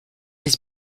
his